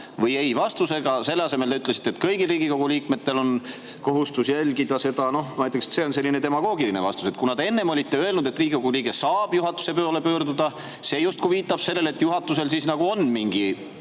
või ei-vastusega. Selle asemel te ütlesite, et kõigil Riigikogu liikmetel on kohustus seda jälgida. Noh, ma ütleks, et see on selline demagoogiline vastus. Kuna te enne olite öelnud, et Riigikogu liige saab juhatuse poole pöörduda, siis see justkui viitab sellele, et juhatusel nagu on mingi